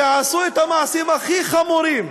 שעשו את המעשים הכי חמורים,